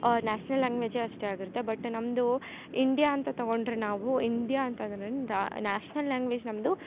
ಅವ್ರು national language ಅಷ್ಟೇ ಆಗಿರುತ್ತೆ ಬಟ್ ನಮ್ಮದು ಇಂಡಿಯ ಅಂತ ತಗೊಂಡರೆ ನಾವು ಇಂಡಿಯ ನ್ಯಾಷ್ನಲ್ ಲ್ಯಾಂಗ್ವೇಜ್ ನಮ್ಮದು